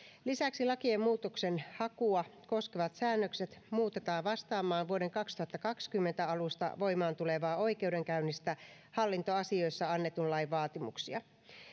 lisäksi lakien muutoksenhakua koskevat säännökset muutetaan vastaamaan vuoden kaksituhattakaksikymmentä alusta voimaan tulevaa oikeudenkäynnistä hallintoasioissa annetun lain vaatimuksia